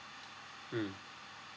mm